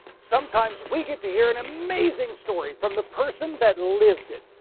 sometimes we get to hear an amazing story from the person that lived it.